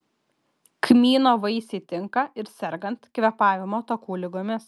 kmyno vaisiai tinka ir sergant kvėpavimo takų ligomis